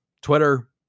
Twitter